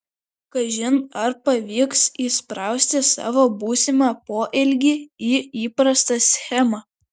kažin ar pavyks įsprausti savo būsimą poelgį į įprastą schemą